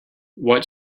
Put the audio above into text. what